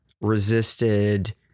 resisted